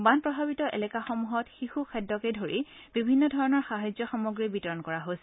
বান প্ৰভাৱিত এলেকাসমূহত শিশু খাদ্যকে ধৰি বিভিন্নধৰণৰ সাহায্য সামগ্ৰী বিতৰণ কৰা হৈছে